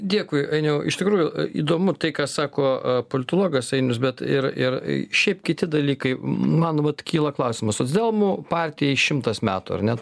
dėkui ainiau iš tikrųjų įdomu tai ką sako politologas ainius bet ir ir šiaip kiti dalykai man vat kyla klausimas socdemų partijai šimtas metų ar ne